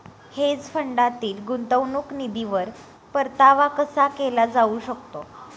Hedge फंडातील गुंतवणूक निधीवर परतावा कसा केला जाऊ शकतो?